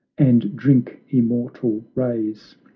and drink immortal rays,